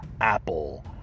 Apple